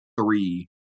three